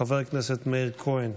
חבר הכנסת מאיר כהן,